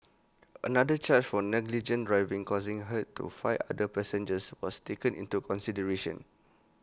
another charge for negligent driving causing hurt to five other passengers was taken into consideration